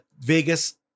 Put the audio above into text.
Vegas